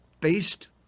based